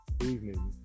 evening